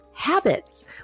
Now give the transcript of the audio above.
habits